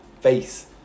face